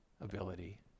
ability